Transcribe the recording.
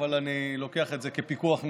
אבל אני לוקח את זה כפיקוח נפש.